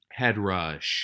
Headrush